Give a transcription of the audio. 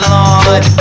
Lord